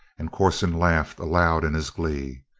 and corson laughed aloud in his glee.